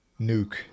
nuke